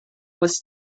was